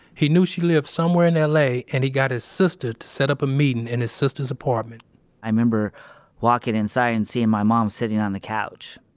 he knew she lived somewhere in ah la, and he got his sister to set up a meetin' in his sister's apartment i remember walking inside and seeing my mom sitting on the couch.